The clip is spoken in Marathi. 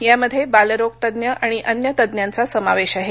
यामध्ये बालरोगतज्ञ आणि अन्य तज्ञांचा समावेश आहे